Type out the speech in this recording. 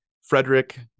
Frederick